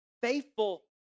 faithful